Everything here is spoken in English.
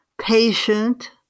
patient